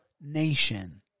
nation